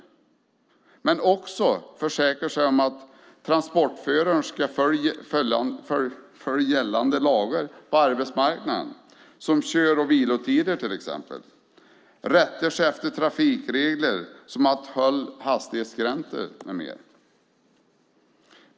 Beställaren ska också försäkra sig om att transportföraren följer gällande lagar på arbetsmarknaden såsom till exempel kör och vilotider samt rättar sig efter trafikregler och hastighetsgränser med mera.